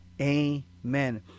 Amen